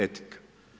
Etika.